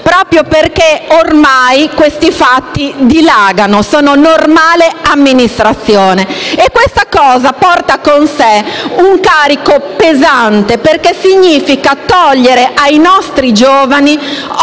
proprio perché ormai questi fatti dilagano, sono normale amministrazione. Questo costume porta con sé un carico pesante, perché significa togliere ai nostri giovani ogni